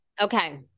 Okay